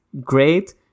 great